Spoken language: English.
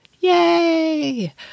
Yay